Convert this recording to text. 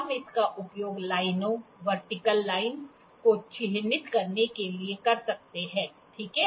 हम इसका उपयोग लाइनों वर्टिकल लाइन को चिह्नित करने के लिए कर सकते हैं ठीक है